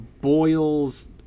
boils